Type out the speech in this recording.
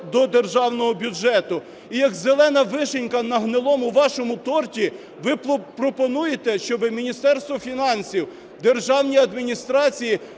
до державного бюджету. І як зелена вишенька на гнилому вашому торті, ви пропонуєте, щоби Міністерство фінансів, державні адміністрації